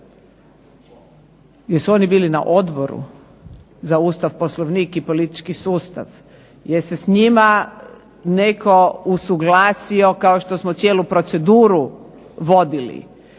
Jesu oni bili na Odboru za Ustav, Poslovnik i politički sustav, je li se s njima netko usuglasio kao što smo cijelu proceduru vodili,